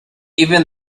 even